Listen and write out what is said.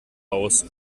aus